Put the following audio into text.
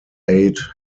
aid